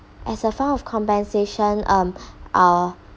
as a form of compensation um our